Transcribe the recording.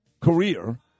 career